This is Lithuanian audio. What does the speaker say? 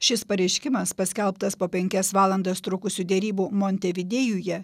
šis pareiškimas paskelbtas po penkias valandas trukusių derybų montevidėjuje